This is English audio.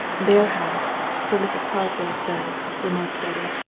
their house so mrs. carswell says, remarked betty.